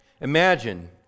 imagine